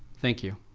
thank you